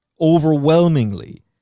overwhelmingly